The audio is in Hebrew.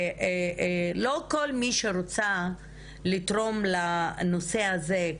שלא כל מי שרוצה לתרום לנושא הזה,